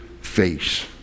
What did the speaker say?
face